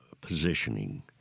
positioning